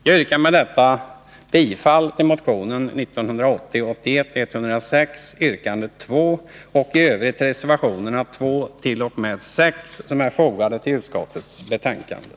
Jag yrkar med detta bifall till motion 1980/81:106, yrkande 2 och i övrigt till reservationerna 2-6, som är fogade till utskottets betänkande.